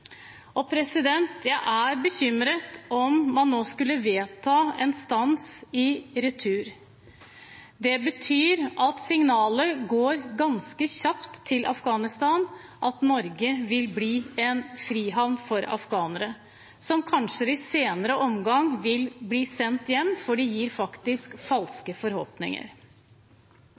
Jeg er bekymret om man nå skulle vedta en stans av retur. Det betyr at signalet går ganske raskt til Afghanistan om at Norge vil bli en frihavn for afghanere – som i senere omgang kanskje vil bli sendt hjem – for det gir faktisk falske forhåpninger.